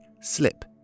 slip